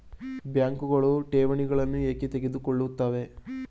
ಬ್ಯಾಂಕುಗಳು ಠೇವಣಿಗಳನ್ನು ಏಕೆ ತೆಗೆದುಕೊಳ್ಳುತ್ತವೆ?